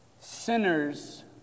sinners